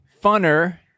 funner